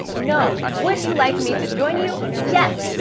no. would you like me to join you? yes.